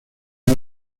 que